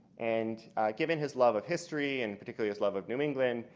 and given his love of history and particularly his love of new england,